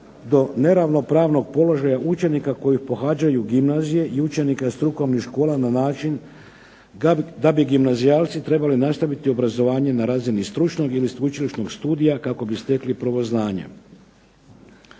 do neravnopravnog položaja učenika koji pohađaju gimnazije i učenika strukovnih škola na način da bi gimnazijalci trebali nastaviti obrazovanje na razini stručnog ili sveučilišnog studija kako bi stekli prvo znanje.